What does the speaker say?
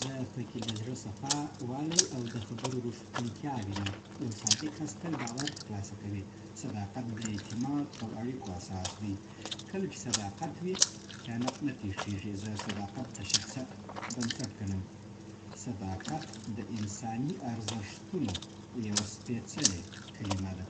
زه پکې د زړه صفا والی او د خبرو ریښتونتیا وینم. یو صادق کس تل باور ترلاسه کوي. صداقت د اعتماد او اړیکو اساس دی. کله چې صداقت وي، خیانت نه‌پېښېږي. زه صداقت د شخصیت بنسټ ګڼم. صداقت د انساني ارزښتونو یوه سپېڅلې کلمه ده